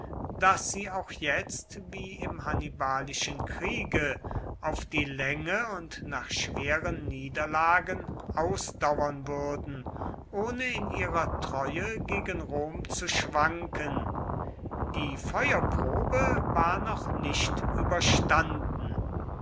daß sie auch jetzt wie im hannibalischen kriege auf die länge und nach schweren niederlagen ausdauern würden ohne in ihrer treue gegen rom zu schwanken die feuerprobe war noch nicht überstanden